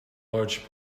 large